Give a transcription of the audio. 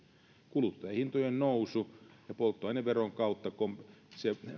kuluttajahintojen nousun vuoksi polttoaineveron kautta se